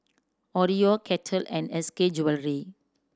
Oreo Kettle and S K Jewellery